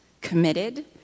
committed